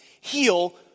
heal